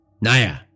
Naya